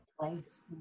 place